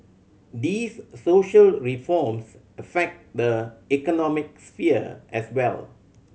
these social reforms affect the economic sphere as well